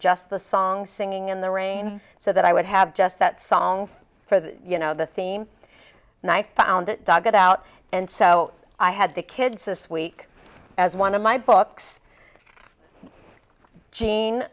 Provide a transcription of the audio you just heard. just the song singing in the rain so that i would have just that song for the you know the theme and i found it dug it out and so i had the kids this week as one of my books